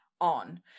on